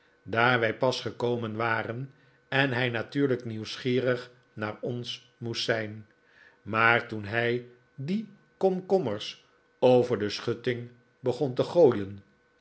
wij pas gekomen waren en hij natuurlijk nieuwsgierig naar ons moest zijn maar toen hij die komkommers over de schutting begon te gooien